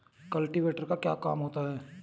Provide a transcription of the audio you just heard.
Cultivator का क्या काम होता है?